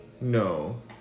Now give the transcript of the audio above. No